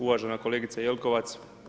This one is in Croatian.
Uvažena kolegice Jelkovac.